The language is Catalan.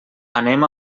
anem